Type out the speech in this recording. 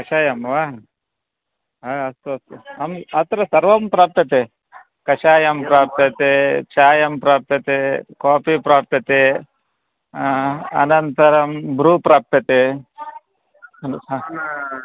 कषायं वा हा अस्तु अस्तु आम् अत्र सर्वं प्राप्यते कषायं प्राप्यते चायं प्राप्यते कापी प्राप्यते अनन्तरं ब्रू प्राप्यते ह